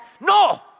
No